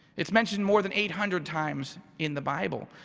it's mentioned more than eight hundred times in the bible.